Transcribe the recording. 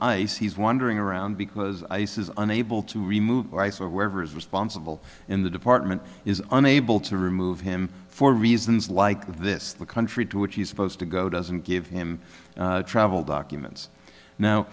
ice he's wandering around because ice is unable to remove ice or wherever is responsible in the department is unable to remove him for reasons like this the country to which he's supposed to go doesn't give him travel documents now